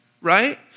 right